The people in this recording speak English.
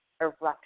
eruption